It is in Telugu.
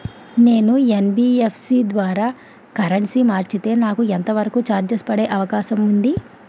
నేను యన్.బి.ఎఫ్.సి ద్వారా కరెన్సీ మార్చితే నాకు ఎంత వరకు చార్జెస్ పడే అవకాశం ఉంది?